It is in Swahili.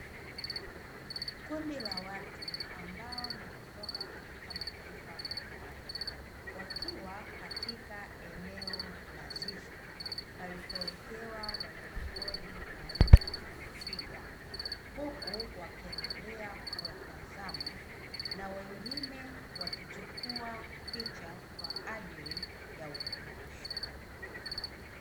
Kundi la watu ambao ni kutoka katika mataifa mbalimbali wakiwa katika eneo la zizi palipowekewa wanyama pori aina ya twiga, huku wakiendelea kuwatazama na wengine wakichukua picha kwa ajili ya ukumbusho.